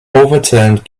overturned